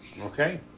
Okay